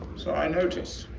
so i noticed.